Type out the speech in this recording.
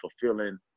fulfilling